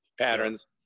patterns